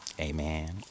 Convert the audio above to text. Amen